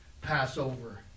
Passover